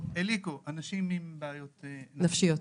אנשים עם בעיות נפשיות.